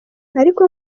ariko